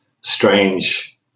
strange